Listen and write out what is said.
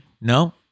No